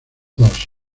dos